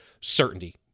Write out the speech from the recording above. certainty